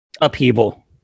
upheaval